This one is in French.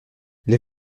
les